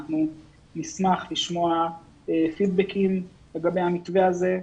אנחנו נשמח לשמוע פידבקים לגבי המתווה הזה.